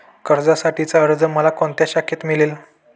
कर्जासाठीचा अर्ज मला कोणत्या शाखेत मिळेल?